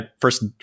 first